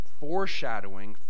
foreshadowing